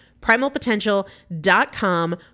Primalpotential.com